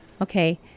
Okay